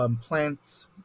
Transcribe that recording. plants